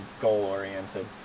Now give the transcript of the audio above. goal-oriented